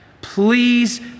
Please